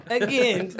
again